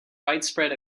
widespread